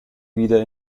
wieder